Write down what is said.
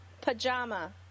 Pajama